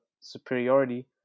superiority